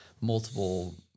multiple